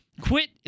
quit